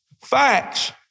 Facts